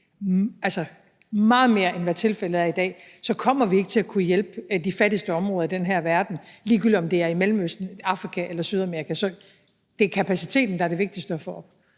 meget mere, end hvad tilfældet er i dag, så kommer vi ikke til at kunne hjælpe de fattigste områder i den her verden, ligegyldigt om det er i Mellemøsten, Afrika eller Sydamerika. Det er kapaciteten, der er det vigtigste at få op.